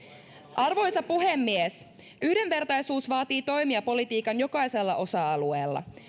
arvoisa puhemies yhdenvertaisuus vaatii toimia politiikan jokaisella osa alueella